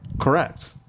Correct